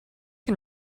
can